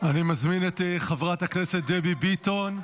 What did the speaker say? אני מזמין את חברת הכנסת דבי ביטון.